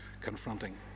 confronting